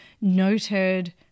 noted